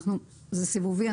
זה סיבובי.